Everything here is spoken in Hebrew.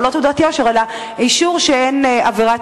או לא תעודת יושר אלא אישור שאין עבירת